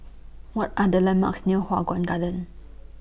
What Are The landmarks near Hua Guan Garden